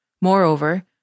Moreover